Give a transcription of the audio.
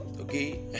okay